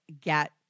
get